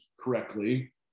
correctly